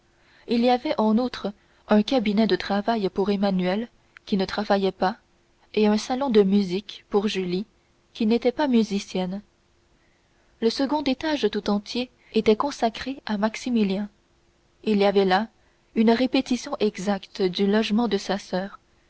il y avait en outre un cabinet de travail pour emmanuel qui ne travaillait pas et un salon de musique pour julie qui n'était pas musicienne le second étage tout entier était consacré à maximilien il y avait là une répétition exacte du logement de sa soeur